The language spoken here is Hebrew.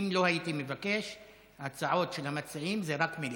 מה זה משנה?